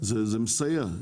זה מסייע.